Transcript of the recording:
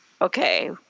okay